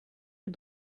est